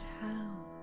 town